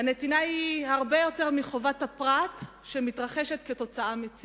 הנתינה היא הרבה יותר מחובת הפרט עקב ציווי.